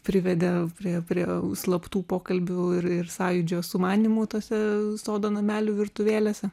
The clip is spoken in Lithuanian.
privedė prie prie slaptų pokalbių ir ir sąjūdžio sumanymų tose sodo namelių virtuvėlėse